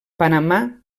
panamà